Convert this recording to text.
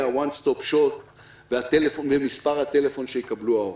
ה-One stop shop במספר הטלפון שיקבלו ההורים.